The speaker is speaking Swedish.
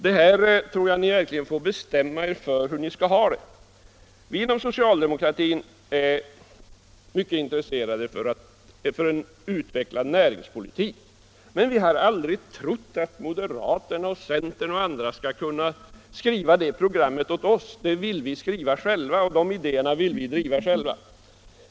Jag tror verkligen att ni får bestämma er för hur ni skall ha det. Vi inom socialdemokratin är mycket intresserade av en utvecklad näringspolitik. Men vi har aldrig trott att moderaterna, centern eller några andra skulle kunna skriva det programmet åt oss. Det vill vi skriva själva och de idéerna vill vi driva själva.